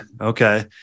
okay